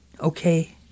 Okay